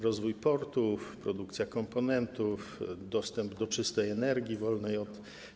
Rozwój portów, produkcja komponentów, dostęp do czystej energii wolnej od